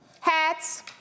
hats